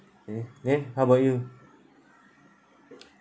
mm then how about you